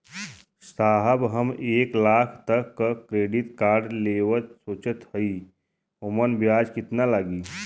साहब हम एक लाख तक क क्रेडिट कार्ड लेवल सोचत हई ओमन ब्याज कितना लागि?